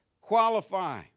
qualify